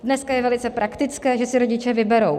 Dnes je velice praktické, že si rodiče vyberou.